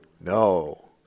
No